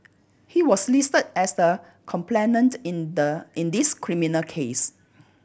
he was listed as the complainant in the in this criminal case